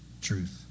truth